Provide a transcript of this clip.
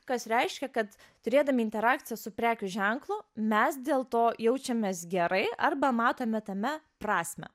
kas reiškia kad turėdami interakciją su prekių ženklu mes dėl to jaučiamės gerai arba matome tame prasmę